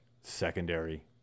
secondary